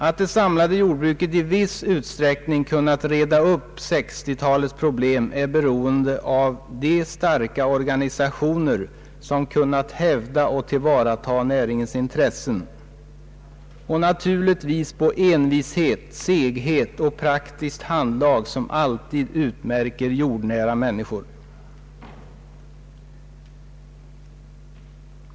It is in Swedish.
Att det samlade jordbruket i viss utsträckning kunnat reda upp 1960-talets problem är beroende av de starka organisationer som kunnat hävda och tillvarata näringens intressen — och naturligtvis av envishet, seghet och praktiskt handlag, som alltid utmärker jordnära människor.